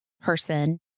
person